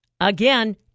Again